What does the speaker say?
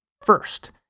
first